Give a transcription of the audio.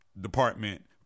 department